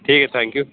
ठीक है thank you